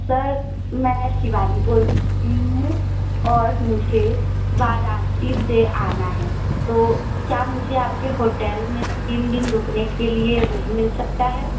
sir मैं शिवानी बोल रही हूँ और मुझे वाराणसी से आना है तो क्या मुझे आप के होटेल में तीन दिन रुकने के लिए रूम मिल सकता है